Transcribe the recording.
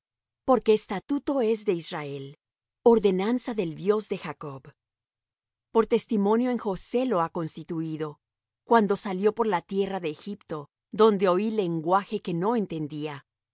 porque estatuto es de israel ordenanza del dios de jacob por testimonio en josé lo ha constituído cuando salió por la tierra de egipto donde oí lenguaje que no entendía